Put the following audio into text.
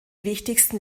wichtigsten